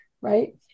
right